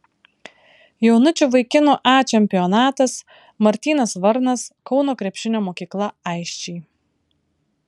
jaunučių vaikinų a čempionatas martynas varnas kauno krepšinio mokykla aisčiai